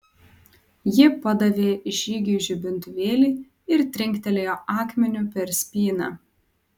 ji padavė žygiui žibintuvėlį ir trinktelėjo akmeniu per spyną